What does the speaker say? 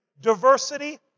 Diversity